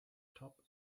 top